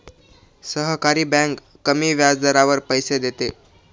सहकारी बँक कमी व्याजदरावर पैसे देते